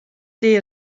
dei